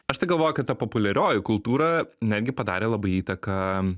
aš tai galvoju kad ta populiarioji kultūra netgi padarė labai įtaką